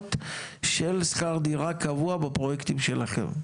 האחרונות של שכר דירה קבוע בפרויקטים שלכם?